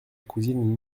cousine